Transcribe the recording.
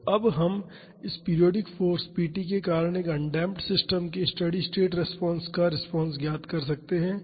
तो अब हम इस पीरियाडिक फाॅर्स p t के कारण एक अनडेमप्ड सिस्टम के स्टेडी स्टेट रिस्पांस का रिस्पांस ज्ञात कर सकते हैं